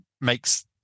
makes